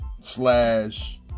slash